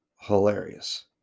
hilarious